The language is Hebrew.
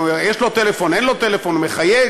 יש לו טלפון, אין לו טלפון, הוא מחייג